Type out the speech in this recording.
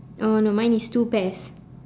oh no mine is two pairs